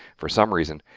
for some reason,